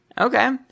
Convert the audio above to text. Okay